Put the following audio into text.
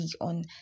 on